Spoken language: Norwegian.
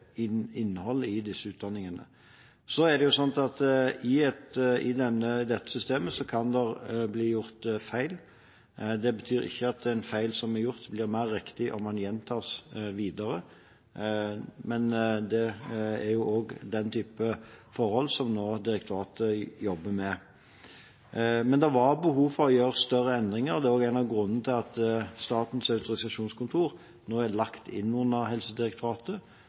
innhold i disse utdanningene. Så er det slik at i dette systemet kan det bli gjort feil. Det betyr ikke at den feilen som blir gjort, blir mer riktig om den gjentas videre, men det er også den type forhold som direktoratet nå jobber med. Det var behov for å gjøre større endringer. Det var også en av grunnene til at Statens autorisasjonskontor nå ligger under Helsedirektoratet,